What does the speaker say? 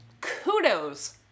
kudos